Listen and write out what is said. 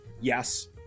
Yes